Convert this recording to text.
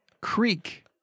Creek